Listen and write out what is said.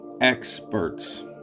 Experts